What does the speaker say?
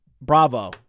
bravo